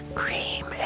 cream